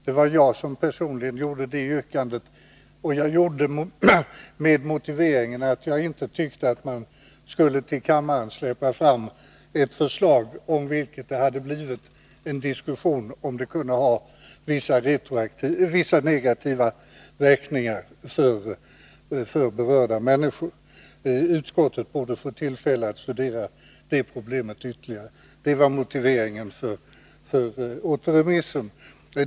Det var jag personligen som ställde det yrkandet, och jag gjorde det med motiveringen att jag inte tyckte att man skulle till kammaren släppa fram ett förslag, om vilket det hade uppstått en diskussion om det kunde ha vissa negativa verkningar för berörda människor. Utskottet borde, tyckte jag, få tillfälle att ytterligare studera det problemet. — Det var motiveringen för återremissen.